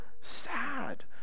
sad